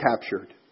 captured